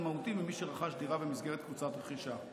מהותי ממי שרכש דירה במסגרת קבוצת רכישה.